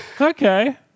Okay